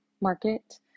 market